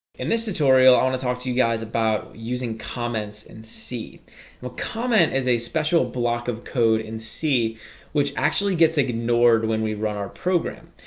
in this tutorial i want to talk to you guys about using comments and see well comment is a special block of code and see which actually gets ignored when we run our program,